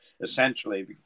essentially